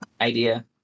idea